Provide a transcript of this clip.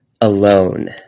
alone